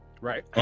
Right